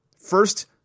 First